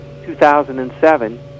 2007